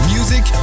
Music